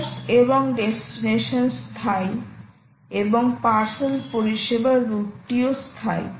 source এবং destination স্থায়ী এবং পার্সেল পরিষেবার রুটটিও স্থায়ী